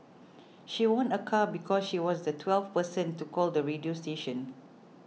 she won a car because she was the twelfth person to call the radio station